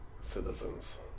citizens